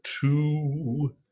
two